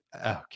okay